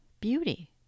beauty